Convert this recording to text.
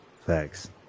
Thanks